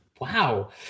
Wow